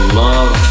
love